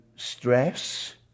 Stress